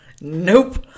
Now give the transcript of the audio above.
Nope